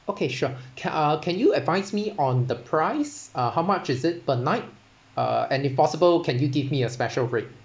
okay sure ca~ uh can you advise me on the price uh how much is it per night ah and if possible can you give me a special rate